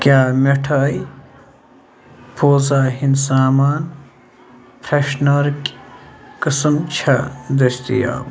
کیٛاہ مِٹھٲے پوٗزا ہِنٛدۍ سامان فرٛٮ۪شنَرٕکۍ قٕسٕم چھےٚ دٔستیاب